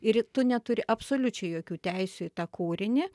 ir tu neturi absoliučiai jokių teisių į tą kūrinį